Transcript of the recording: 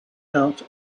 out